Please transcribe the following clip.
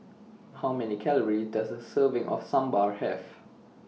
How Many calorie Does A Serving of Sambar Have